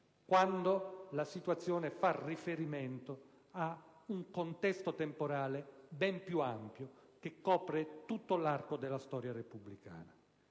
invece la situazione fa riferimento a un contesto temporale ben più ampio che copre tutto l'arco della storia repubblicana.